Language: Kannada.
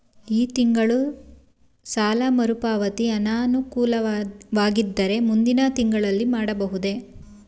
ಈ ತಿಂಗಳು ಸಾಲ ಮರುಪಾವತಿ ಅನಾನುಕೂಲವಾಗಿದ್ದರೆ ಮುಂದಿನ ತಿಂಗಳಲ್ಲಿ ಮಾಡಬಹುದೇ?